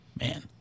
Man